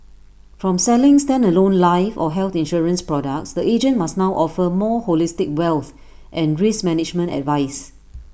from selling standalone life or health insurance products the agent must now offer more holistic wealth and risk management advice